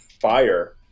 fire